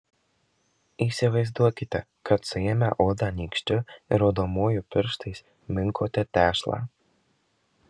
įsivaizduokite kad suėmę odą nykščiu ir rodomuoju pirštais minkote tešlą